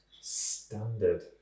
Standard